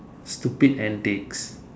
stupid antics